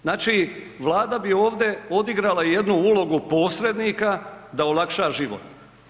Znači, Vlada bi ovdje odigrala jednu ulogu posrednika da olakša život.